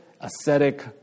ascetic